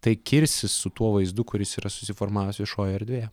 tai kirsis su tuo vaizdu kuris yra susiformavęs viešojoj erdvėje